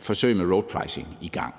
forsøg med roadpricing i gang.